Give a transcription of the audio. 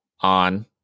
on